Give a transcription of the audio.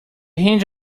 hinge